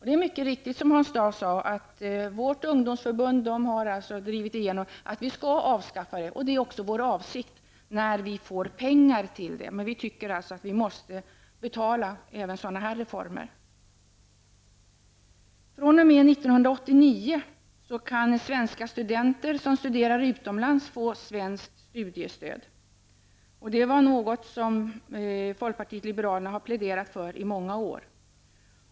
Det är riktigt, som Hans Dau sade, att vårt ungdomsförbund har drivit igenom att vi skall avskaffa fribeloppet. Det är också vår avsikt att göra det när vi får pengar till det. Men vi anser att även denna reform måste betalas. fr.o.m. år 1989 kan svenska studenter som studerar utomlands få svenskt studiestöd. Det är något som folkpartiet liberalerna pläderat för i många år.